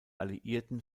alliierten